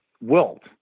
wilt